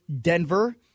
Denver